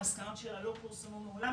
המסקנות שלה לא פורסמו מעולם